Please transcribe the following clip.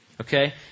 Okay